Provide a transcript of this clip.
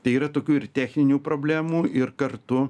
tai yra tokių ir techninių problemų ir kartu